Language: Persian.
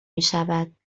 میشود